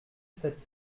sept